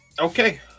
Okay